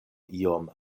iom